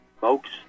Folks